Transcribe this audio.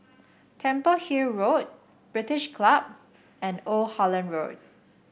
Temple Hill Road British Club and Old Holland Road